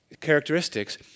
characteristics